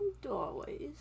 doorways